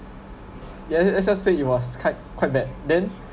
yes I just said it was quite quite bad then